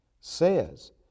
says